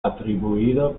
atribuido